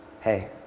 hey